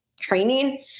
training